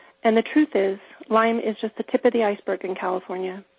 and the truth is, lyme is just the tip of the iceberg in california.